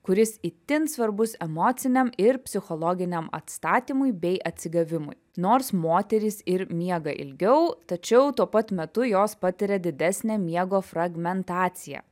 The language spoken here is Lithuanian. kuris itin svarbus emociniam ir psichologiniam atstatymui bei atsigavimui nors moterys ir miega ilgiau tačiau tuo pat metu jos patiria didesnę miego fragmentaciją